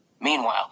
Meanwhile